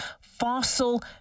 fossil